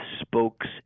spokes